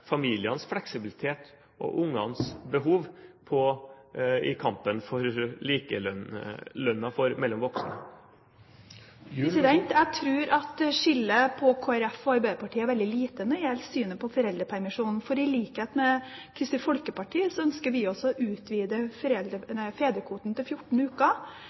familienes fleksibilitet og ungenes behov i kampen for likelønn mellom voksne? Jeg tror at skillet mellom Kristelig Folkeparti og Arbeiderpartiet er veldig lite i synet på foreldrepermisjon. I likhet med Kristelig Folkeparti ønsker vi også å utvide fedrekvoten til 14 uker.